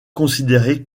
considéré